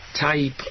type